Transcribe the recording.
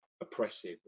oppressive